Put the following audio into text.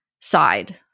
side